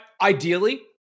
ideally